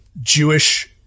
Jewish